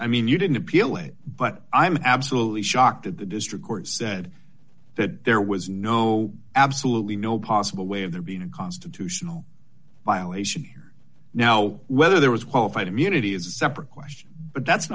i mean you didn't appeal it but i'm absolutely shocked that the district court said that there was no absolutely no possible way of there being a constitutional violation here now whether there was qualified immunity is a separate question but that's